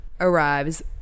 arrives